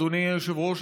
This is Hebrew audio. אדוני היושב-ראש,